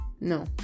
No